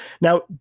Now